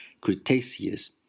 Cretaceous